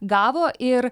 gavo ir